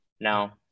Now